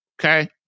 Okay